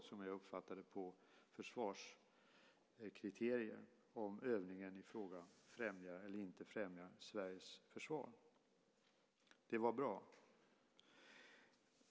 Som jag uppfattade det är det försvarskriterier som avgör om övningen i fråga främjar eller inte främjar Sveriges försvar. Det är bra.